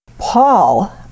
Paul